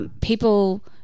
people